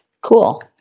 Cool